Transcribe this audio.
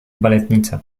baletnice